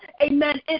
Amen